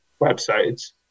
websites